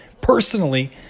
personally